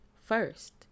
first